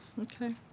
Okay